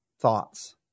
thoughts